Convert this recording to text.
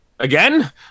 again